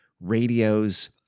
radios